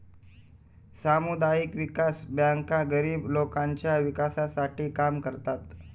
सामुदायिक विकास बँका गरीब लोकांच्या विकासासाठी काम करतात